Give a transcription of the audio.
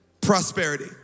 prosperity